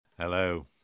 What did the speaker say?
Hello